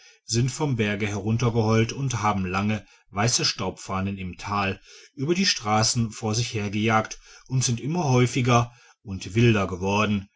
sind vom berg heruntergeheult und haben lange weiße staubfahnen im tal über die straßen vor sich hergejagt und sind immer häufiger und wilder geworden